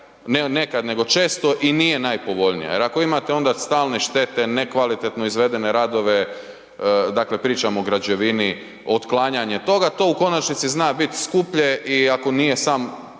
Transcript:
nekad nego često i nije najpovoljnija, jer ako imate onda stalne štete, nekvalitetno izvedene radove, dakle pričam o građevini, otklanjanje toga, to u konačnici zna biti skuplje i ako nije sam